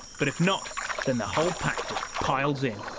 but if not then the whole pack piles in.